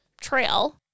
trail